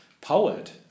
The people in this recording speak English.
poet